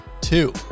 two